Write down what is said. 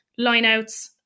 lineouts